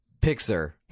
Pixar